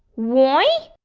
why?